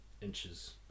inches